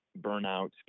burnout